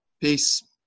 Peace